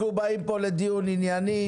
אנחנו באנו לנהל דיון ענייני,